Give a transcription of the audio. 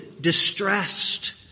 distressed